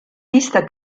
pista